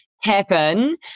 happen